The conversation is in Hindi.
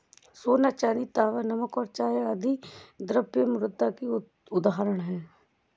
सोना, चांदी, तांबा, नमक और चाय आदि द्रव्य मुद्रा की उदाहरण हैं